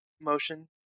motion